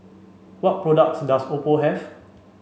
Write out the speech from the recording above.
what products does Oppo have